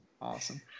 Awesome